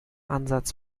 ansatz